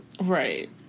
Right